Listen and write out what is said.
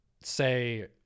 say